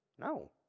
No